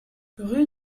rue